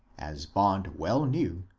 as bond well knew,